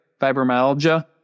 fibromyalgia